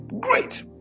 great